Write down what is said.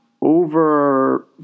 over